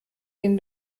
den